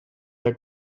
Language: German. der